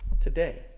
today